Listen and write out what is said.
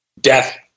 death